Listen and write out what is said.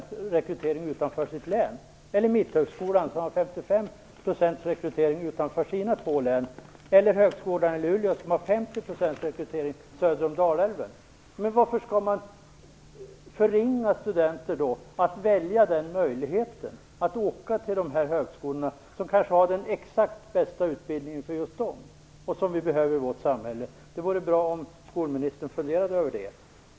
Mitthögskolans rekrytering utanför sina två län uppgår till 55 %, och 50 % av rekryteringen till högskolan i Luleå sker i områden söder om Dalälven. Varför skall man förmena studenterna möjligheten att välja de högskolorna, som kanske har den absolut bästa utbildningen för just dem, en utbildning som vi behöver i vårt samhälle? Det vore bra om skolministern funderade över det.